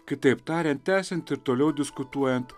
kitaip tariant tęsiant ir toliau diskutuojant